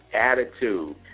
attitude